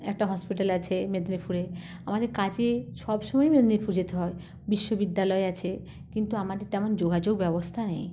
একটা হসপিটাল আছে মেদিনীপুরে আমাদের কাছেই সব সময় মেদিনীপুর যেতে হয় বিশ্ববিদ্যালয় আছে কিন্তু আমাদের তেমন যোগাযোগ ব্যবস্থা নেই